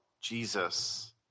Jesus